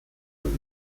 und